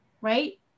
right